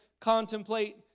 contemplate